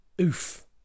Oof